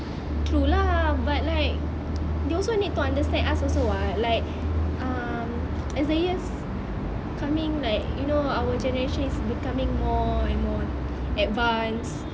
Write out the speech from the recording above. true lah but like they also need to understand us also [what] like um as the years coming like you know our generation is becoming more and more like advanced